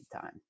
time